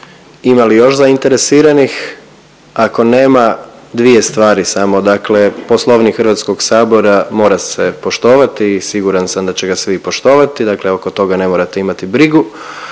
Ima li još zainteresiranih? Ako nema, dvije stvari samo, dakle Poslovnik HS-a mora se poštovati i siguran sam da će ga svi poštovati, dakle oko toga ne morate imati brigu.